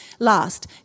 last